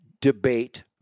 debate